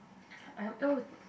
I am oh